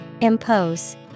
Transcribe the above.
Impose